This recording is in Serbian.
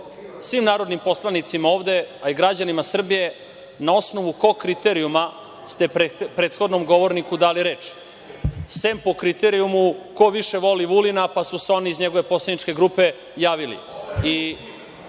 svim narodnim poslanicima ovde, a i građanima Srbije, na osnovu kog kriterijuma ste prethodnom govorniku dali reč, sem po kriterijumu ko više voli Vulina, pa su se oni iz njegove poslaničke grupe javili. Ovde